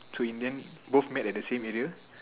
so in the end both met at the same area